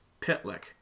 Pitlick